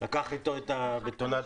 לקח איתו את הבטונאדה.